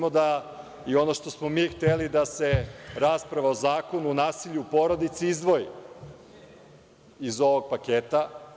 Ono što smo mi hteli da se rasprava o Zakonu o nasilju u porodici izdvoji iz ovog paketa.